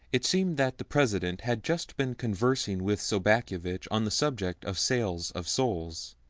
it seemed that the president had just been conversing with sobakevitch on the subject of sales of souls,